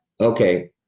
okay